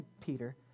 Peter